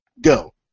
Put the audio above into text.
Go